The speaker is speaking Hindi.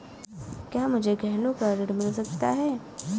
क्या मुझे गहनों पर ऋण मिल सकता है?